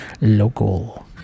Local